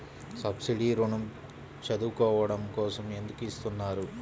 Subsidy ఋణం చదువుకోవడం కోసం ఎందుకు ఇస్తున్నారు?